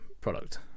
product